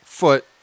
foot